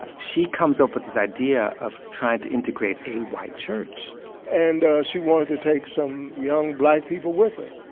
ah she comes up with this idea of trying to integrate a white church and she wanted to take some young black people with her.